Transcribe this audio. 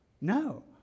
no